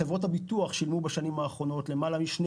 חברות הביטוח שילמו בשנים האחרונות למעלה מ-2